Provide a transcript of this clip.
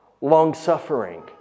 long-suffering